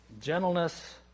Gentleness